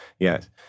Yes